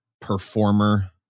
performer